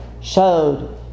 showed